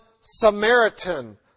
Samaritan